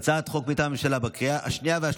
הצעת ועדת הפנים והגנת הסביבה בדבר פיצול